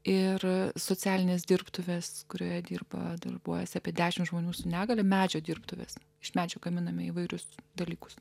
ir socialines dirbtuves kurioje dirba darbuojasi apie dešim žmonių su negalia medžio dirbtuvės iš medžio gaminame įvairius dalykus